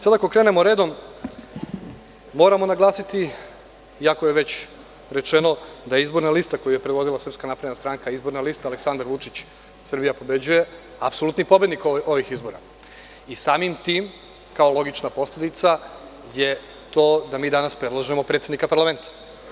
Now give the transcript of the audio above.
Sad, ako krenemo redom, moramo naglasiti, iako je već rečeno, da izborna lista koju je predvodila SNS, izborna lista „Aleksandar Vučić – Srbija pobeđuje“, apsolutni je pobednik ovih izbora i samim tim, kao logična posledica, je to da mi danas predlažemo predsednika parlamenta.